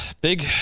big